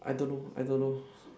I don't know I don't know